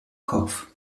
kopf